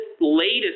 latest